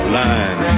line